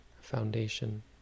foundation